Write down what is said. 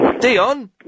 Dion